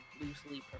loosely